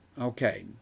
okay